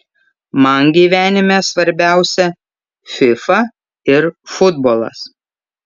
man gyvenime svarbiausia fifa ir futbolas